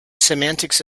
semantics